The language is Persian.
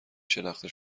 شلخته